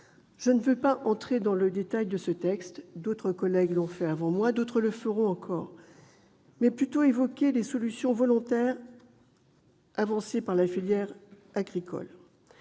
Je ne veux pas entrer dans le détail de ce texte- des collègues l'ont fait avant moi, et d'autres le feront encore -, mais plutôt exposer les solutions volontaires avancées par la filière agricole.